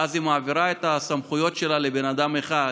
ואז היא מעבירה את הסמכויות שלה לבן אדם אחד,